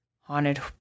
haunted